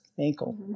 Ankle